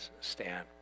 stand